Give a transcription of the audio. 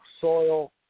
soil